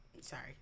sorry